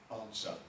answer